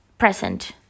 present